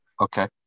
Okay